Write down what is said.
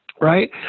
right